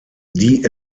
die